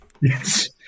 Yes